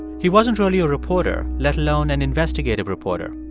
he wasn't really a reporter, let alone an investigative reporter.